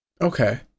Okay